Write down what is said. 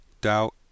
doubt